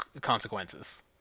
consequences